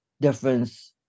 difference